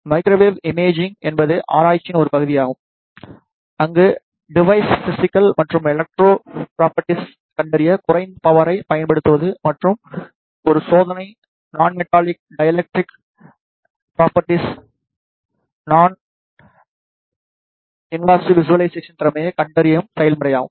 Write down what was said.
microwave imaging என்பது ஆராய்ச்சியின் ஒரு பகுதியாகும் அங்கு டிவைஸின் பிஸிக்கல் மற்றும் எலக்ட்ரிக் ப்ரொபேர்ட்டிஸ்களைக் கண்டறிய குறைந்த பவரைப் பயன்படுத்துவது மற்றும் ஒரு சோதனை நாண் மெட்டாலிக் டை எலக்ட்ரிக் ப்ராப்பர்டிஸ்களை நாண் இன்வசிவ் விசுவலைசேஷனுக்கான திறமையை கண்டறியும் செயல்முறையாகும்